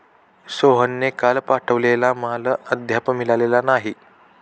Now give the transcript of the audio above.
सोहनने काल पाठवलेला माल अद्याप मिळालेला नाही